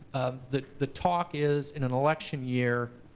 the the talk is, in an election year,